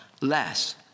less